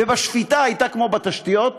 ובשפיטה הייתה כמו ההשקעה בתשתיות,